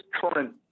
current